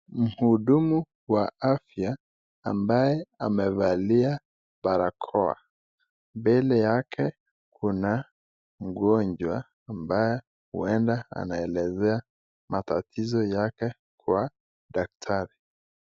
Mhudumu wa afya ambaye amevalia barakoa. Mbele yake kuna mgonjwa ambaye ueda anaelezea matatizo yake kwa daktari.